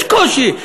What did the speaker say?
יש קושי.